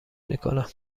میکنم